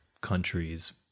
countries